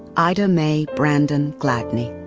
ida mae, brandon gladney.